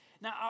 Now